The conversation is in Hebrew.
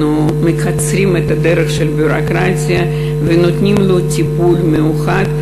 אנחנו מקצרים את הדרך של הביורוקרטיה ונותנים לו טיפול מיוחד,